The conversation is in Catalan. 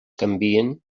canvien